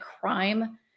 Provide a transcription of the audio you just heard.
Crime